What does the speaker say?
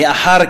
מאחר,